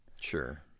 Sure